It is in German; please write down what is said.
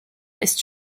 ist